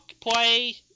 play